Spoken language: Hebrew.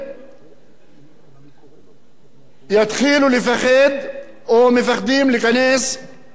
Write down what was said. יתחילו לפחד או מפחדים להיכנס לכפרים ולמגזר הערבי.